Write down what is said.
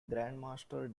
grandmaster